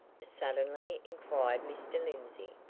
suddenly inquired mr. lindsey.